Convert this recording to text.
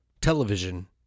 television